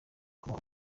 kuba